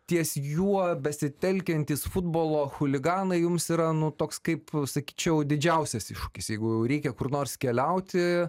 ties juo besitelkiantys futbolo chuliganai jums ra nu toks kaip sakyčiau didžiausias iššūkis jeigu jau reikia kur nors keliauti